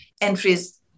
entries